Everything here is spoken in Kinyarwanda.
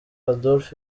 adolf